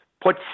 Put